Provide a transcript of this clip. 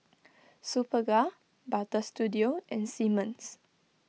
Superga Butter Studio and Simmons